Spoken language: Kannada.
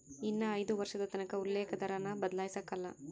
ಇನ್ನ ಐದು ವರ್ಷದತಕನ ಉಲ್ಲೇಕ ದರಾನ ಬದ್ಲಾಯ್ಸಕಲ್ಲ